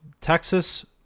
Texas –